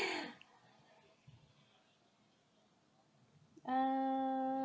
uh